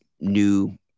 new